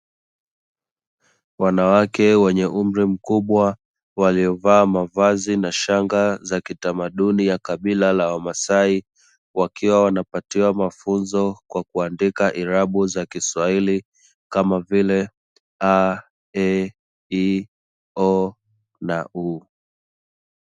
Wanawake wenye umri mkubwa waliovaa mavazi na shanga za kitamaduni ya kabila la wamasaai, wakiwa wanapatiwa mafunzo kwa kuandika irabu za kiswahili kama vile: a, e, i, o na u.